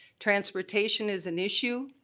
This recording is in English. transportation is an issue.